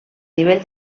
nivell